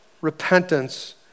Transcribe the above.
repentance